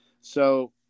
So-